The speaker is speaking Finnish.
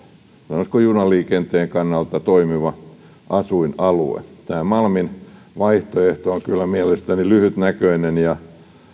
sanoisiko junaliikenteen kannalta toimiva asuinalue tämä malmin vaihtoehto on kyllä mielestäni lyhytnäköinen ja